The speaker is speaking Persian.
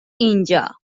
اینجا